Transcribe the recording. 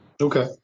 okay